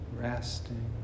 Resting